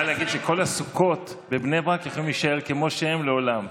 זה בא להגיד שכל הסוכות בבני ברק יכולות להישאר כמו שהן לעולם.